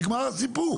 נגמר הסיפור.